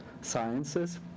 sciences